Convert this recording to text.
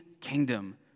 kingdom